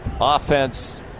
Offense